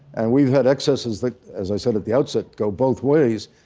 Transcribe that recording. and we've had excesses that, as i said at the outset, go both ways.